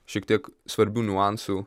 šiek tiek svarbių niuansų